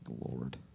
lord